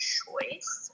choice